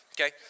Okay